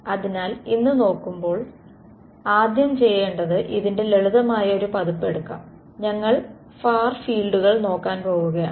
അതിനാൽ ഇത് നോക്കുമ്പോൾ ആദ്യം ചെയ്യേണ്ടത് ഇതിന്റെ ലളിതമായ ഒരു പതിപ്പ് എടുക്കാം ഞങ്ങൾ ഫാർ ഫീൾഡുകൾ നോക്കാൻ പോവുകയാണ്